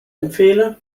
empfehlen